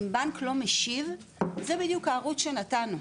אם בנק לא משיב זה בדיוק הערוץ שנתנו,